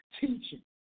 Teaching